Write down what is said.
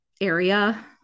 area